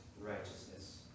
righteousness